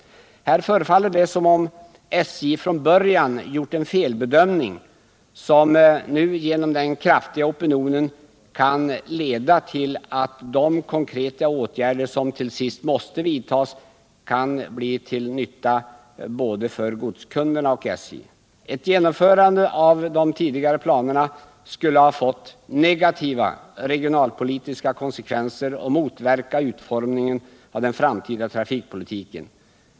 Här förefaller det som om SJ från början gjort en felbedömning, som genom den kraftiga opinionen kan leda till att de konkreta åtgärder som till sist måste vidtas kan bli till nytta för både godskunderna och SJ. Ett genomförande av de tidigare planerna skulle ha fått negativa regionalpolitiska konsekvenser och motverkat syftet med den framtida trafikpolitiken.